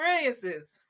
experiences